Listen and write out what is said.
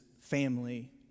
family